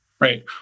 Right